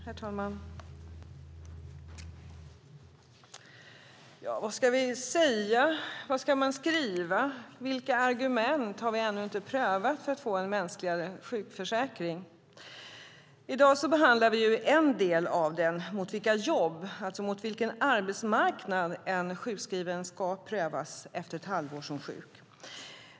Herr talman! Vad ska vi säga? Vad ska man skriva? Vilka argument har vi ännu inte prövat för att få en mänskligare sjukförsäkring? I dag behandlar vi en del av den: mot vilka jobb och mot vilken arbetsmarknad en sjukskriven ska prövas efter ett halvår som sjuk.